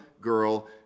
girl